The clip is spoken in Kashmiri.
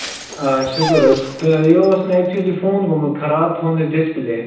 آ شُکُر حَظ تہٕ یہِ اوس مےٚ ایٚکچُولی فون گوٚمُت خَراب فونٕچ ڈِسپٕلیے